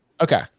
Okay